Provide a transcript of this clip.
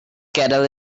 kettle